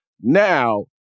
now